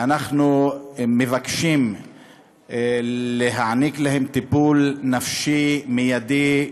ואנחנו מבקשים להעניק להם טיפול נפשי מיידי,